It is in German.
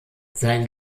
sein